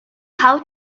how